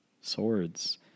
swords